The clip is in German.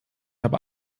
habe